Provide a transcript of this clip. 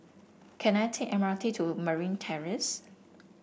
can I take M R T to Marine Terrace